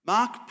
Mark